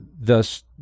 thus